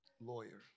Lawyer